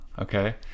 okay